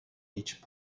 each